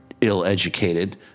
ill-educated